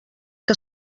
que